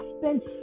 spent